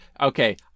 Okay